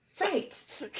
Right